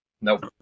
Nope